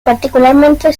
particularmente